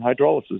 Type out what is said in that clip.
hydrolysis